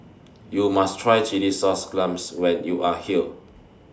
YOU must Try Chilli Sauce Clams when YOU Are here